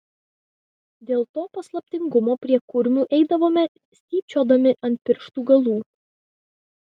dėl to paslaptingumo prie kurmių eidavome stypčiodami ant pirštų galų